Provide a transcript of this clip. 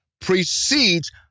precedes